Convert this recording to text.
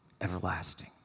everlasting